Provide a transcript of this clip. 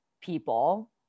people